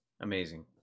amazing